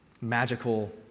magical